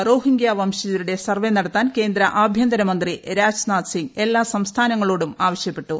റ്റോഹിംഗ്യ വംശജരുടെ സർവ്വെ നടത്താൻ കേന്ദ്ര ആഭ്യന്തരമന്ത്രി രാജ്നാഥ്സിംഗ് എല്ലാ സംസ്ഥാനങ്ങളോടും ആവശ്യപ്പെട്ടു